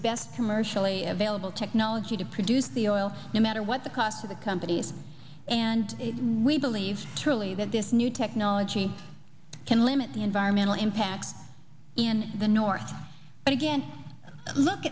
best commercially available technology to produce the oil no matter what the cost to the company and we believe truly that this new technology can limit the environmental impacts in the north but again look